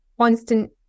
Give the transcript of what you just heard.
constant